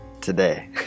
today